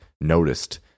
noticed